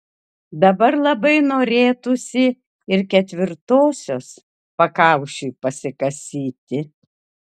dabar labai norėtųsi ir ketvirtosios pakaušiui pasikasyti